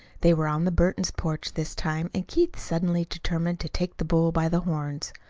they were on the burton porch this time, and keith suddenly determined to take the bull by the horns.